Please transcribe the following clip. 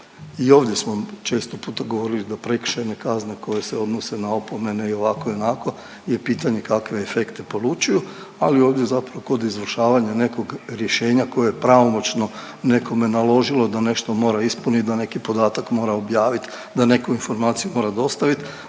ovdje smo često puta govorili da prekršajne kazne koje se odnose na opomene i ovako i onako je pitanje kakve efekte poručuju, ali ovdje zapravo kod izvršavanja nekog rješenja koje je pravomoćno nekome naložilo da nešto mora ispuniti, da neki podatak mora objaviti, da neku informaciju mora dostaviti,